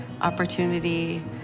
opportunity